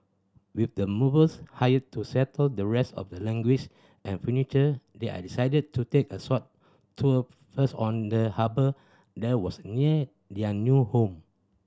with the movers hired to settle the rest of their and furniture they decided to take a short tour first on the harbour that was near their new home